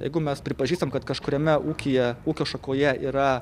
jeigu mes pripažįstam kad kažkuriame ūkyje ūkio šakoje yra